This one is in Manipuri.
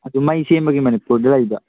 ꯑꯗꯨ ꯃꯩ ꯁꯦꯝꯕꯒꯤ ꯃꯅꯤꯄꯨꯔꯗ ꯂꯩꯕ